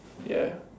yeah